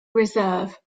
reserve